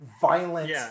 violent